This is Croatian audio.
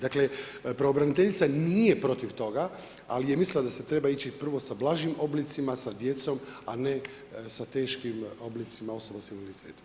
Dakle pravobraniteljica nije protiv toga, ali je mislila da se treba ići prvo sa blažim oblicima, sa djecom, a ne sa teškim oblicima osoba sa invaliditetom.